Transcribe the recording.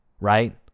right